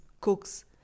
cooks